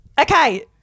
Okay